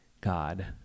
God